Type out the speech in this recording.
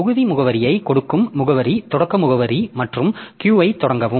தொகுதி முகவரியைக் கொடுக்கும் முகவரி தொடக்க முகவரி மற்றும் Q ஐத் தொடங்கவும்